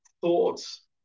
thoughts